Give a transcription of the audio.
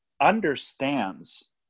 understands